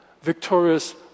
victorious